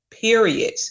period